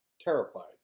terrified